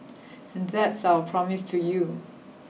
and that's our promise to you